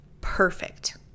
perfect